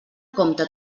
compte